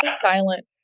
silent